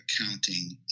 accounting